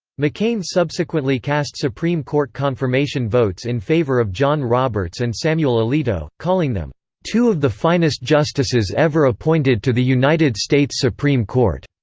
mccain subsequently cast supreme court confirmation votes in favor of john roberts and samuel alito, calling them two of the finest justices ever appointed to the united states supreme court.